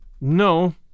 No